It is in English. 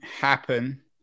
happen